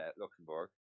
Luxembourg